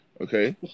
Okay